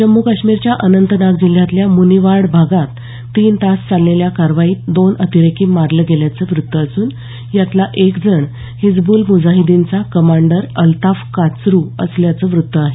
जम्मू काश्मीरच्या अनंतनाग जिल्ह्यातल्या मुनिवार्ड भागात तीन तास चाललेल्या कारवाईत दोन अतिरेकी मारले गेल्याचं वृत्त असून यातला एक जण हिजबूल मुजाहिदीनचा कमांडर अलताफ काचरू असल्याचं व्रत्त आहे